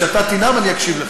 כשאתה תנאם, אני אקשיב לך.